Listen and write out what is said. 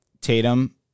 Tatum